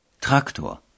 Traktor